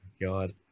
God